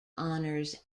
honors